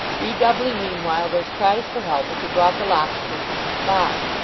redoubling meanwhile those cries for help which had brought the locksmith to the spot.